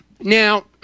Now